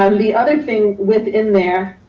um the other thing within there